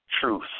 truth